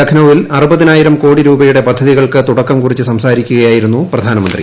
ലക്നൌവിൽ അറുപതിനായിരം കോടി രൂപയുടെ പദ്ധതികൾക്ക് തുടക്കം കുറിച്ച് സംസാരിക്കുകയായിരുന്നു പ്രധാന മന്ത്രി